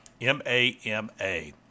M-A-M-A